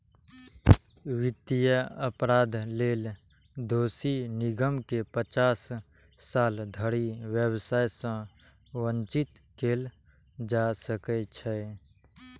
वित्तीय अपराध लेल दोषी निगम कें पचास साल धरि व्यवसाय सं वंचित कैल जा सकै छै